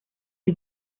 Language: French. est